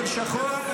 דגל שחור,